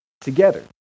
together